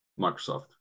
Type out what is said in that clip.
microsoft